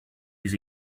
his